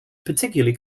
particularly